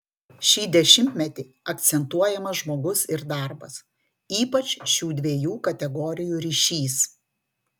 šį dešimtmetį akcentuojamas žmogus ir darbas ypač šių dviejų kategorijų ryšys